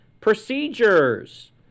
procedures